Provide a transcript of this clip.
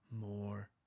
more